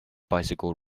bicycle